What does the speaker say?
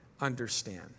understand